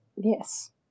yes